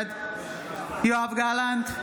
בעד יואב גלנט,